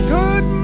Good